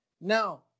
Now